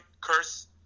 curse